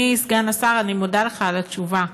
אדוני סגן השר, אני מודה לך על התשובה,